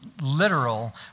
literal